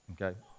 Okay